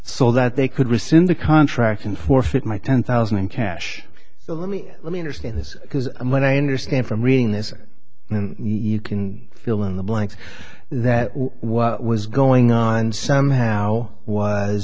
so that they could rescind the contract and forfeit my ten thousand and cash so let me let me understand this because when i understand from reading this and you can fill in the blanks that what was going on somehow was